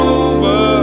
over